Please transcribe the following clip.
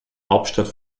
hauptstadt